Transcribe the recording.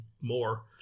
more